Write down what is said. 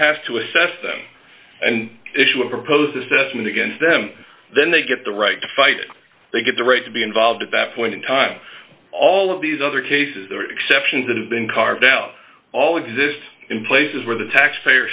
has to assess them and issue a proposed assessment against them then they get the right to fight they get the right to be involved at that point in time all of these other cases there are exceptions that have been carved out all exist in places where the taxpayer